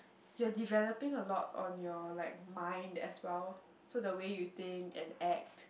you're developing a lot on your like mind as well so the way you think and act